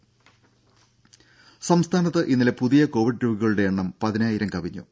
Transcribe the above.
രുഭ സംസ്ഥാനത്ത് ഇന്നലെ പുതിയ കോവിഡ് രോഗികളുടെ എണ്ണം പതിനായിരം കവിഞ്ഞു